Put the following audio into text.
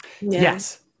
Yes